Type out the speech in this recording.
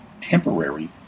temporary